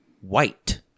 white